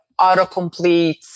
autocompletes